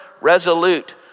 resolute